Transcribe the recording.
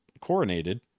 coronated